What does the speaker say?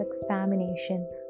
examination